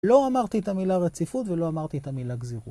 לא אמרתי את המילה רציפות ולא אמרתי את המילה גזירות.